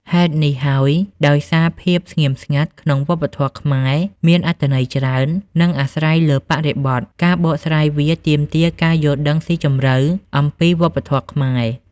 ហេតុនេះហើយ ដោយសារភាពស្ងៀមស្ងាត់ក្នុងវប្បធម៌ខ្មែរមានអត្ថន័យច្រើន និងអាស្រ័យលើបរិបទ ការបកស្រាយវាទាមទារការយល់ដឹងស៊ីជម្រៅអំពីវប្បធម៌ខ្មែរ។